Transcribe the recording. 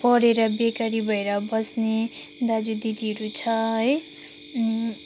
पढेर बेकारी भएर बस्ने दाजु दिदीहरू छ है